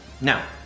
Now